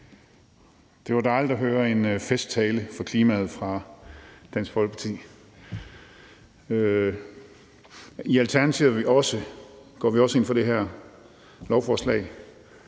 Det var dejligt at høre en festtale for klimaet fra Dansk Folkeparti. I Alternativet går vi også ind for det her lovforslag.